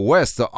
West